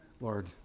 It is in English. Lord